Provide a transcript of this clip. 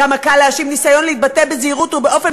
כמה קל להאשים ניסיון להתבטא בזהירות ובאופן